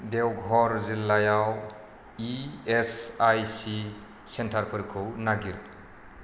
देवघर जिल्लायाव E S I C सेन्टारफोरखौ नागिर